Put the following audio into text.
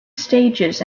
stages